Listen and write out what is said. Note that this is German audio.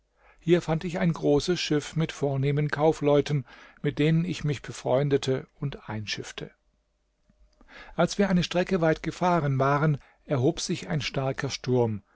hier fand ich ein großes schiff mit vornehmen kaufleuten mit denen ich mich befreundete und einschiffte als wir eine strecke weit gefahren waren erhob sich ein starker sturm